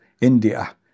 India